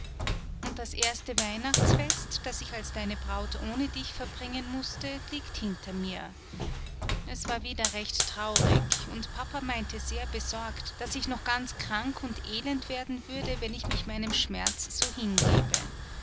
und das erste weihnachtsfest das ich als deine braut ohne dich verbringen mußte liegt hinter mir es war wieder recht traurig und papa meinte sehr besorgt daß ich noch ganz krank und elend werden würde wenn ich mich meinem schmerz so hingebe